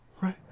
right